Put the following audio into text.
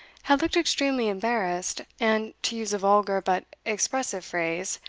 had looked extremely embarrassed, and, to use a vulgar but expressive phrase,